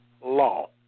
law